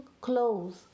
clothes